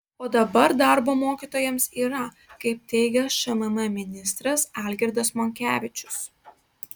o dabar darbo mokytojams yra kaip teigia šmm ministras algirdas monkevičius